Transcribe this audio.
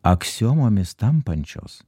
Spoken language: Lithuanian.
aksiomomis tampančios